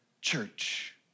church